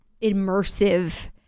immersive